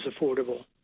affordable